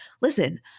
listen